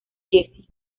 jesse